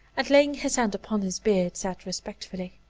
and, laying his hand upon his beard, said, respectfully,